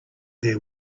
their